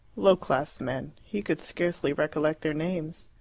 low-class men. he could scarcely recollect their names.